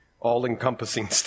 all-encompassing